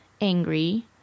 angry